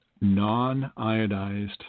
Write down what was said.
non-iodized